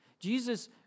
Jesus